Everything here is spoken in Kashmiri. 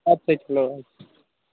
أتھۍ سٍتۍ ہٲل